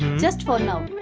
just for now.